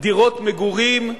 דירות מגורים,